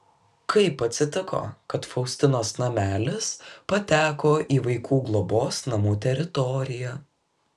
kaip atsitiko kad faustinos namelis pateko į vaikų globos namų teritoriją